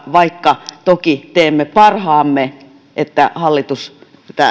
vaikka toki teemme parhaamme että hallitus